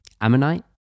Ammonite